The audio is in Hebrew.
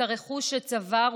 את הרכוש שצבר,